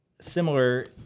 Similar